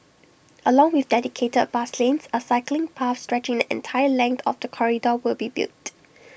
along with dedicated bus lanes A cycling path stretching the entire length of the corridor will be built